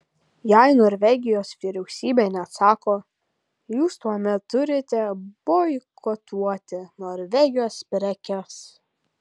jei norvegijos vyriausybė neatsako jūs tuomet turite boikotuoti norvegijos prekes